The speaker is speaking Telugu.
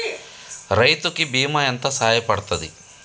రైతు కి బీమా ఎంత సాయపడ్తది?